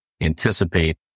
anticipate